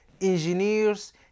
engineers